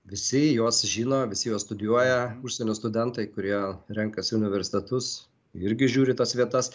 visi juos žino visi juos studijuoja užsienio studentai kurie renkasi universitetus irgi žiūri tas vietas